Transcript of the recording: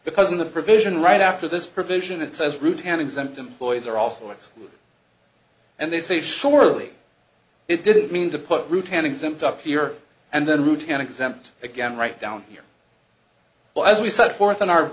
because in the provision right after this provision it says root and exempt employees are also x and they say surely it didn't mean to put route an exempt up here and then route an exempt again right down here but as we set forth in our